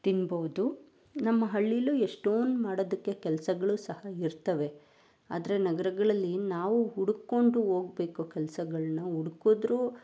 ತಿನ್ಬೌದು ನಮ್ಮ ಹಳ್ಳಿಲು ಎಷ್ಟೊಂದು ಮಾಡೋದಕ್ಕೆ ಕೆಲಸಗಳು ಸಹ ಇರ್ತವೆ ಆದರೆ ನಗರಗಳಲ್ಲಿ ನಾವು ಹುಡಕ್ಕೊಂಡು ಹೋಗ್ಬೇಕು ಕೆಲ್ಸಗಳನ್ನ ಹುಡ್ಕುದ್ರೂ